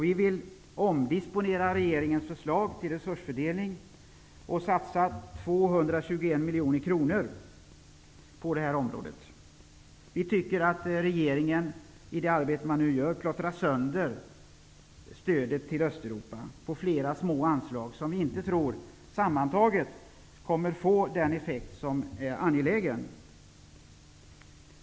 Vi vill omdisponera regeringens förslag till resursfördelning och satsa 221 miljoner kronor på området. Vi tycker att regeringen i det arbetet som nu görs plottrar sönder stödet till Östeuropa på flera små anslag. Vi tror inte att de sammantaget kommer att få den effekt som önskas.